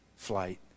flight